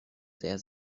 sehr